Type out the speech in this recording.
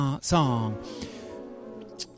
song